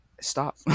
Stop